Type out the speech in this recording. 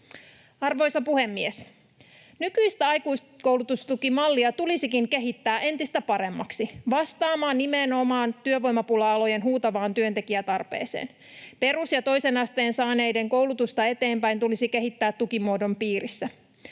Arvoisa puhemies! Nykyistä aikuiskoulutustukimallia tulisikin kehittää entistä paremmaksi vastaamaan nimenomaan työvoimapula-alojen huutavaan työntekijätarpeeseen. Perus- ja toisen asteen koulutusta saaneita tulisi kehittää eteenpäin tukimuodon piirissä.